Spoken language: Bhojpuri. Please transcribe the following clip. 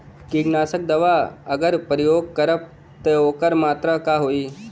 कीटनाशक दवा अगर प्रयोग करब त ओकर मात्रा का होई?